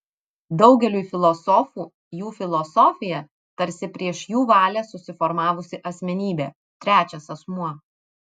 daugeliui filosofų jų filosofija tarsi prieš jų valią susiformavusi asmenybė trečias asmuo